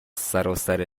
سراسر